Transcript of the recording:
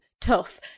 tough